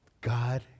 God